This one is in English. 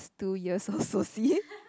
two years old soci